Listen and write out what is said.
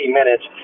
minutes